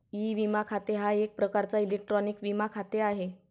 E विमा खाते हा एक प्रकारचा इलेक्ट्रॉनिक विमा खाते आहे